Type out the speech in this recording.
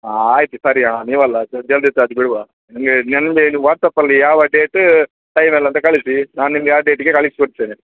ಆ ಆಯಿತು ಸರಿ ಹಾಂ ನೀವಲ್ಲ ಅದು ಡೆಲ್ವರಿ ಚಾರ್ಜ್ ಬಿಡುವ ನಿಮಗೆ ವಾಟ್ಸ್ಆ್ಯಪ್ ಅಲ್ಲಿ ಯಾವ ಡೇಟ್ ಫೈನಲ್ ಅಂತ ಕಳಿಸಿ ನಾನು ನಿಮಗೆ ಆ ಡೇಟ್ಗೆ ಕಳಿಸಿ ಕೊಡ್ತೇನೆ